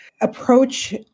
approach